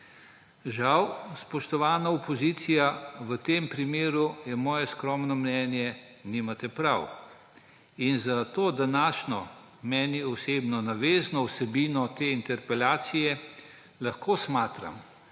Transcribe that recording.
Žal, spoštovana opozicija, v tem primeru je moje skromno mnenje, da nimate prav. Zato današnjo, meni osebno navezno, vsebino te interpelacije lahko smatram,